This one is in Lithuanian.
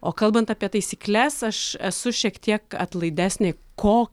o kalbant apie taisykles aš esu šiek tiek atlaidesnė ko